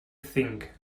think